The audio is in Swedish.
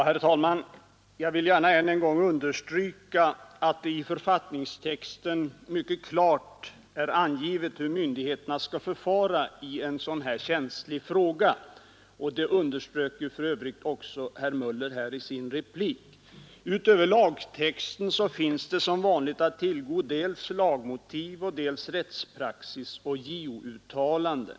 Herr talman! Jag vill gärna ännu en gång understryka att det i författningstexten mycket klart är angivet hur myndigheterna skall förfara i en sådan här känslig fråga. Det underströk för övrigt också herr Möller i sitt anförande. Utöver lagtexten finns som vanligt att tillgå dels lagmotiv, dels rättspraxis och JO-uttalanden.